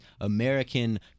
American